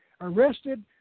arrested